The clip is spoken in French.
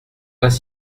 pas